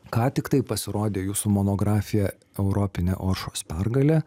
ką tiktai pasirodė jūsų monografija europinė oršos pergalė